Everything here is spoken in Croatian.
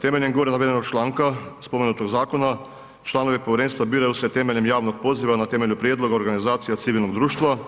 Temeljem gore navedenog članka spomenutog zakona, članovi povjerenstva biraju se temeljem javnog poziva, na temelju prijedloga organizacija civilnog društva,